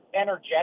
energetic